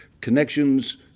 connections